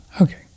Okay